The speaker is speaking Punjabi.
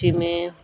ਜਿਵੇਂ